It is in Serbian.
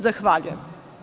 Zahvaljujem.